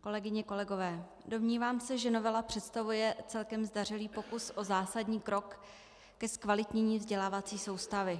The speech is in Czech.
kolegyně, kolegové, domnívám se, že novela představuje celkem zdařilý pokus o zásadní krok ke zkvalitnění vzdělávací soustavy.